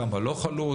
כמה לא חלוט?